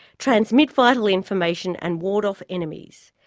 transmit vital information, and ward off enemies.